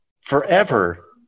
forever